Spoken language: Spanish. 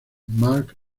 mark